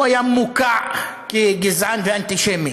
הוא היה מוקע כגזען ואנטישמי.